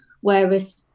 Whereas